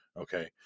okay